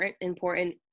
important